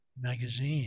Magazine